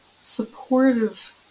supportive